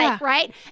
right